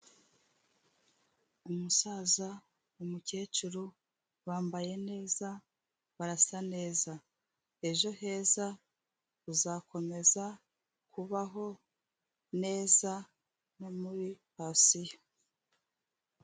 Umusaza, umukecuru, bambaye neza barasa neza, ejo heza uzakomeza kubaho neza no muri pansiyo.